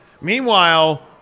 Meanwhile